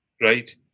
right